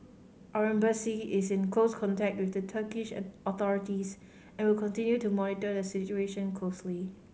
our Embassy is in close contact with the Turkish an authorities and will continue to monitor the situation closely